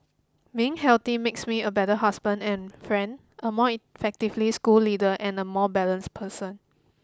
being healthy makes me a better husband and friend a more effectively school leader and a more balanced person